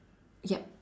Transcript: yup